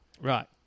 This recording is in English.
Right